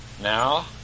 Now